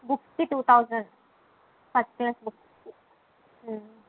బుక్స్కి two thousand first class బుక్స్కి